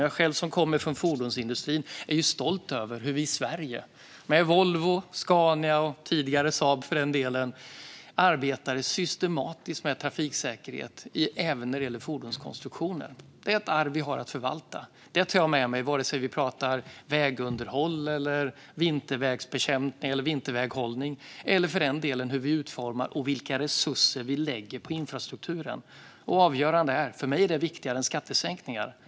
Jag själv, som kommer från fordonsindustrin, är stolt över hur vi i Sverige, med Volvo och Scania, och för den delen med tidigare Saab, arbetar systematiskt med trafiksäkerhet, även när det gäller fordonskonstruktionen. Det är ett arv vi har att förvalta. Detta tar jag med mig vare sig vi pratar vägunderhåll eller vinterväghållning och när det gäller hur vi utformar och vilka resurser vi lägger på infrastrukturen. Detta är avgörande och för mig viktigare än skattesänkningar.